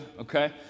Okay